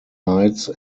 lights